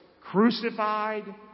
crucified